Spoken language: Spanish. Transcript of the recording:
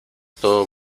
todo